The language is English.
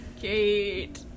Kate